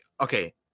Okay